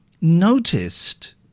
noticed